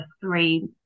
three